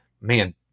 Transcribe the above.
Man